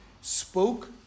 spoke